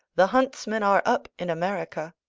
the huntsmen are up in america!